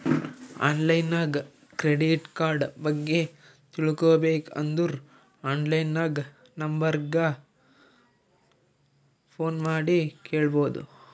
online ನಾಗ್ credit card ಬಗ್ಗೆ ತಿಳ್ಕೋಬೇಕ್ ಅಂದುರ್ ಆನ್ಲೈನ್ ನಾಗ್ ನಂಬರ್ ಗ ಫೋನ್ ಮಾಡಿ ಕೇಳ್ಬೋದು